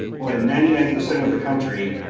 well, in ninety nine percent of the country,